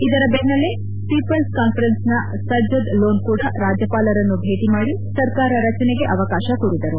ಇದರ ಬೆನ್ನಲ್ಲೇ ಪೀಪಲ್ಸ್ ಕಾನ್ವರೆನ್ಸ್ನ ಸಜ್ಜದ್ ಲೋನ್ ಕೂಡ ರಾಜ್ಯಪಾಲರನ್ನು ಭೇಟಿ ಮಾಡಿ ಸರಕಾರ ರಚನೆಗೆ ಅವಕಾಶ ಕೋರಿದರು